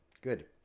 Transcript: Good